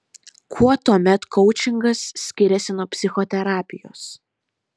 kuo tuomet koučingas skiriasi nuo psichoterapijos